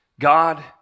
God